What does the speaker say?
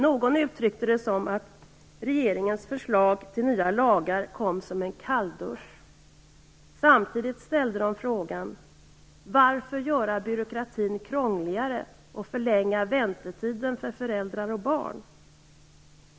Någon uttryckte det som att regeringens förslag till nya lagar kom som en kalldusch. Samtidigt ställdes frågan: Varför göra byråkratin krångligare och förlänga väntetiden för föräldrar och barn?